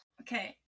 Okay